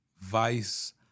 vice